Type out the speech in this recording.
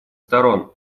сторон